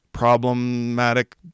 problematic